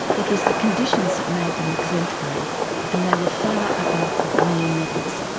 it was the conditions that made them exemplary and they were far above mere medals.